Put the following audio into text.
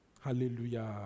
Hallelujah